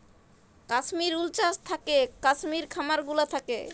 কাশ্মির উল চাস থাকেক কাশ্মির খামার গুলা থাক্যে